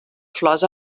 flors